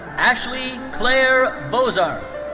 ashley claire bozarth.